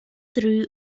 threw